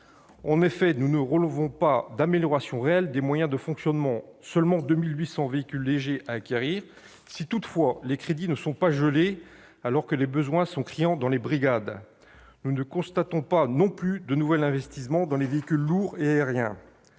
En effet, nous ne relevons pas d'amélioration réelle des moyens de fonctionnement : seulement 2 800 véhicules légers à acquérir- si, toutefois, les crédits ne sont pas gelés -, alors que les besoins sont criants dans les brigades. Nous ne constatons pas non plus de nouvel investissement dans les véhicules lourds et aériens.